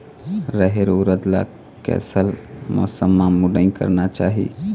रहेर उरद ला कैसन मौसम मा बुनई करना चाही?